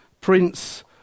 Prince